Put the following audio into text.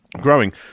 growing